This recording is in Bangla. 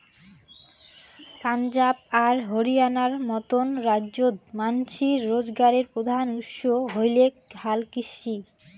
পাঞ্জাব আর হরিয়ানার মতন রাইজ্যত মানষির রোজগারের প্রধান উৎস হইলেক হালকৃষি